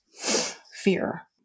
fear